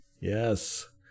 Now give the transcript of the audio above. Yes